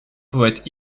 poètes